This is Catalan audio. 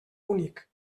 únic